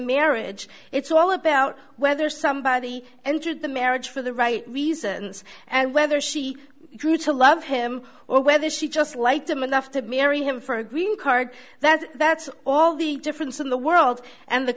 marriage it's all about whether somebody entered the marriage for the right reasons and whether she grew to love him or whether she just liked him enough to marry him for a green card that that's all the difference in the world and the